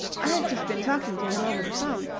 i've just been talking to him over the phone,